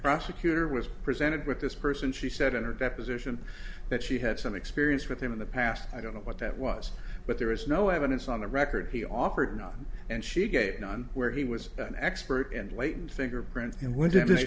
prosecutor was presented with this person she said in her deposition that she had some experience with him in the past i don't know what that was but there is no evidence on the record he offered none and she gave none where he was an expert and latent fingerprints and w